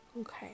Okay